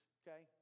okay